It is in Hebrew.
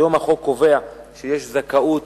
היום החוק קובע שיש זכאות